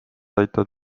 aitavad